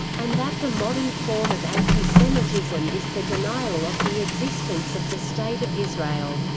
and that the modern form of anti-semitism is the denial of the existence of the state of israel.